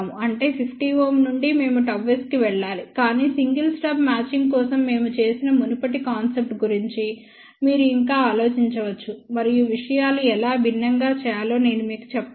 అంటే 50Ω నుండి మేము ΓS కి వెళ్ళాలి కాని సింగిల్ స్టబ్ మ్యాచింగ్ కోసం మేము చేసిన మునుపటి కాన్సెప్ట్ గురించి మీరు ఇంకా ఆలోచించవచ్చు మరియు విషయాలు ఎలా భిన్నంగా చేయాలో నేను మీకు చెప్తాను